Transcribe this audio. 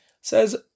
Says